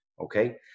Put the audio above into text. okay